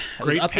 Great